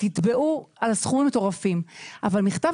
תתבעו על סכומים מטורפים אבל מכתב